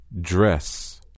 Dress